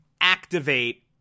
activate